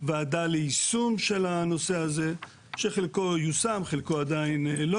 על הקושי שביצירת אדם שמראש אין לו אב שיגדל אותו.